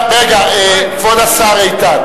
כבוד השר איתן,